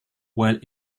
while